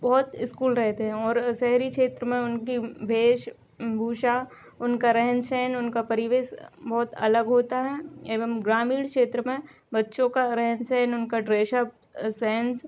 बहुत इस्कूल रहते हैं और शहरी क्षेत्र में उनकी वेश भूषा उनका रहन सहन उनका परिवेश बहुत अलग होता है एवं ग्रामीण क्षेत्र में बच्चों का रहन सहन उनका ड्रेसअप सेंस